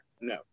No